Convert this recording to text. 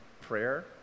prayer